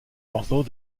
although